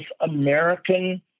American